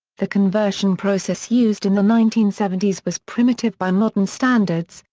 the conversion process used in the nineteen seventy s was primitive by modern standards,